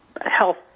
Health